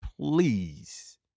please